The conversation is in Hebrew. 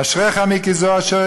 אשריך, מיקי זוהר,